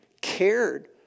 cared